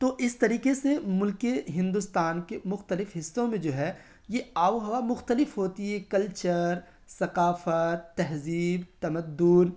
تو اس طریقے سے ملک ہندوستان کے مختلف حصوں میں جو ہے یہ آب و ہوا مختلف ہوتی ہے کلچر ثقافت تہذیب تمدن